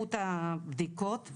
ואיכות הבדיקות.